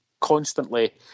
Constantly